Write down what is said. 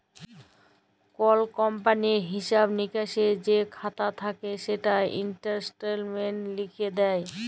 call কমপালির হিঁসাব লিকাসের যে খাতা থ্যাকে সেটা ইস্ট্যাটমেল্টে লিখ্যে দেয়